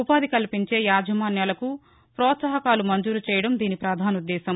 ఉపాధి కల్పించే యజమాన్యులకు ప్రోత్సాహకాలు మంజూరుచేయడం దీని ప్రధానోద్దేశం